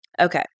Okay